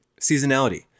Seasonality